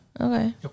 Okay